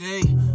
today